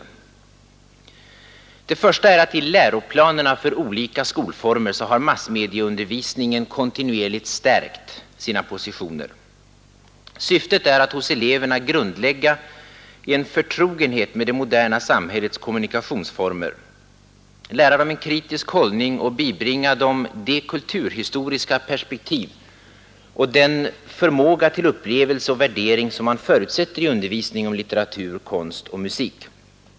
För det första har massmedieundervisningen i läroplanerna för olika skolformer kontinuerligt stärkt sina positioner. Syftet är att hos eleverna grundlägga en förtrogenhet med det moderna samhällets kommunikationsformer, lära dem en kritisk hållning och bibringa dem det kulturhistoriska perspektiv och den förmåga till upplevelse och värdering som man jrutsätter i undervisning om litteratur, konst och musik.